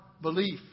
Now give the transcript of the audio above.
belief